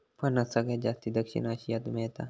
फणस सगळ्यात जास्ती दक्षिण आशियात मेळता